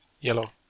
Yellow